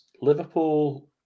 Liverpool